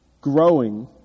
growing